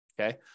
okay